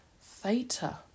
Theta